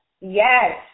Yes